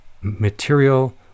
material